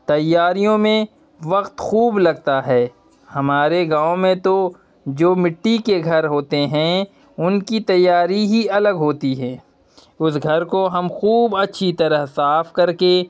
تیاریوں میں وقت خوب لگتا ہے ہمارے گاؤں میں تو جو مٹی کے گھر ہوتے ہیں ان کی تیاری ہی الگ ہوتی ہے اس گھر کو ہم خوب اچھی طرح صاف کر کے